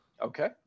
Okay